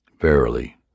Verily